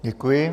Děkuji.